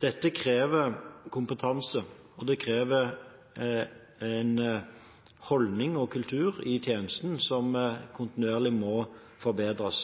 Dette krever kompetanse, og det krever en holdning og kultur i tjenesten som kontinuerlig må forbedres.